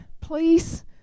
please